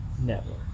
network